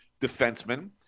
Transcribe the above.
defenseman